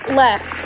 left